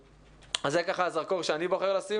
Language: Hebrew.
זה זרקור שאני בוחר לשים,